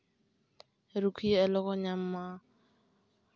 ᱨᱩᱠᱷᱭᱟᱹ ᱟᱞᱚ ᱠᱚ ᱧᱟᱢ ᱢᱟ